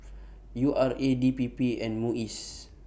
U R A D P P and Muis